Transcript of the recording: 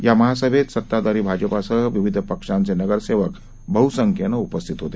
या महासभेत सत्ताधारी भाजपासह विविध पक्षांचे नगरसेवक बह्संख्येनं उपस्थित होते